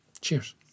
Cheers